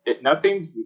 nothing's